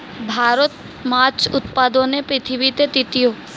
ভারত মাছ উৎপাদনে পৃথিবীতে তৃতীয়